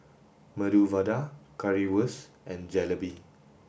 Medu Vada Currywurst and Jalebi